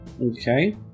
Okay